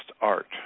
Art